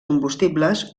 combustibles